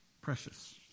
precious